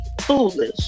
Foolish